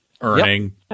earning